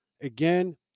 Again